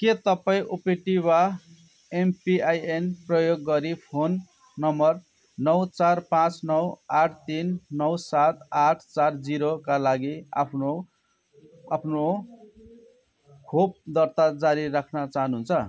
के तपाईँँ ओपिटी वा एमपिआइएन प्रयोग गरी फोन नम्बर नौ चार पाँच नौ आठ तिन नौ सात आठ चार जिरोका लागि आफ्नो आफ्नो खोप दर्ता जारी राख्न चाहनुहुन्छ